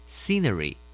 scenery